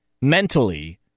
mentally